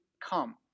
come